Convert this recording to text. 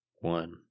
one